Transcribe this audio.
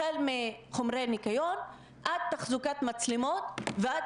החל מחומרי ניקיון עד תחזוקת מצלמות ועד